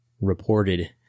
reported